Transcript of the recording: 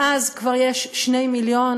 מאז כבר יש 2 מיליון,